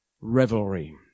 revelry